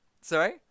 Sorry